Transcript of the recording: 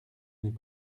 n’est